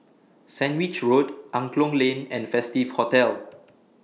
Sandwich Road Angklong Lane and Festive Hotel